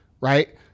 right